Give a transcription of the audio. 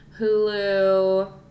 Hulu